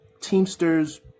teamsters